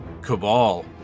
Cabal